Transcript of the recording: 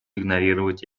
игнорировать